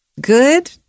Good